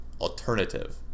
alternative